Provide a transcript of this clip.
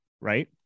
right